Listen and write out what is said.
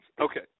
Okay